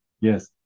yes